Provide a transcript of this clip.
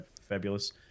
fabulous